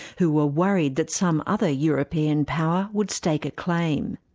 who were worried that some other european power would stake a claim.